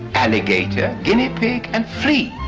alligator, guinea pig and flea.